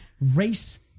race